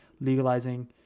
legalizing